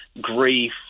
grief